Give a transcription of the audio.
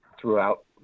throughout